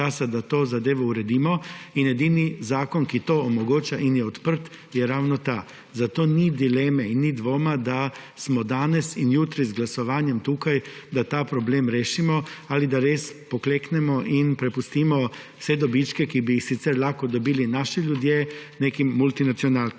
da to zadevo uredimo, in edini zakon, ki to omogoča in je odprt, je ravno ta. Zato ni dileme in ni dvoma, da smo danes in jutri z glasovanjem tukaj, da ta problem rešimo ali da res pokleknemo in prepustimo vse dobičke, ki bi jih sicer lahko dobili naši ljudje, nekim multinacionalkam.